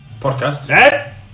Podcast